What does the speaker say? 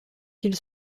qu’il